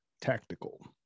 Tactical